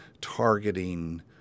targeting